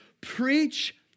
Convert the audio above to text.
preach